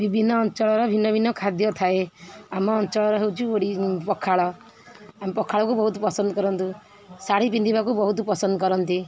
ବିଭିନ୍ନ ଅଞ୍ଚଳର ଭିନ୍ନ ଭିନ୍ନ ଖାଦ୍ୟ ଥାଏ ଆମ ଅଞ୍ଚଳର ହେଉଛି ପଖାଳ ଆମେ ପଖାଳକୁ ବହୁତ ପସନ୍ଦ କରୁ ଶାଢ଼ୀ ପିନ୍ଧିବାକୁ ବହୁତ ପସନ୍ଦ କରନ୍ତି